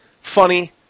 Funny